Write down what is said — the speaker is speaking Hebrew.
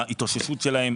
שחזרו מההתאוששות שלהם,